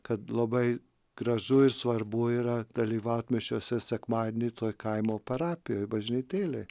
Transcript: kad labai gražu ir svarbu yra dalyvaut mišiose sekmadienį toj kaimo parapijoj bažnytėlėj